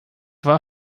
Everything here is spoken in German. war